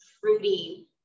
fruity